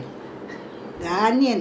how can you say you cannot remember any